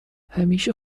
همیشه